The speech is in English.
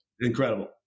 incredible